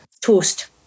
toast